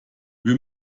wir